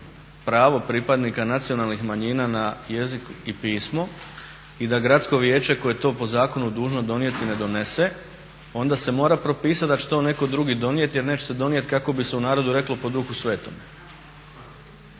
pravo pripadnika nacionalnih manjina na jeziku i pismu i da gradsko vijeće koje je to po zakonu dužno donijeti ne donese, onda se mora propisat da će to netko drugi donijet jer nećete donijet kako bi se u narodu reklo po Duhu svetom.